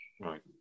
Right